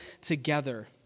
together